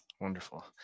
Wonderful